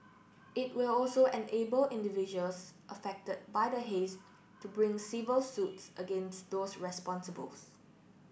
it will also enable individuals affected by the haze to bring civil suits against those responsibles